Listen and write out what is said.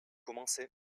commencer